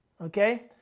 okay